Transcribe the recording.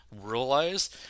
realize